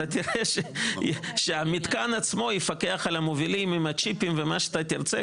אתה תראה שהמתקן עצמו יפקח על המובילים עם הצ'יפים ומה שאתה תרצה,